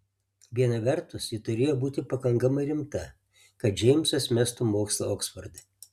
viena vertus ji turėjo būti pakankamai rimta kad džeimsas mestų mokslą oksforde